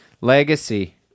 legacy